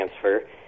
transfer